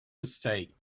mistake